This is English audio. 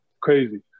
Crazy